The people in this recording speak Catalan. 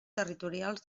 territorials